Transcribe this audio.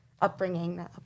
upbringing